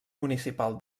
municipal